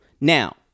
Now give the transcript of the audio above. Now